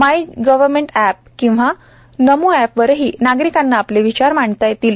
माय gov एपवर किंवा नमो एपवरही नागरिकांना आपले विचार मांडता येतील